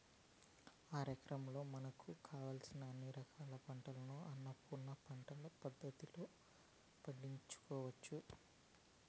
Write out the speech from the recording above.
అరెకరంలోనే మనకు కావలసిన అన్ని రకాల పంటలను అన్నపూర్ణ పంటల పద్ధతిలో పండించుకోవచ్చు